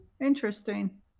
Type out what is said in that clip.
Interesting